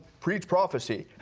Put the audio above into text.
preach prophecy.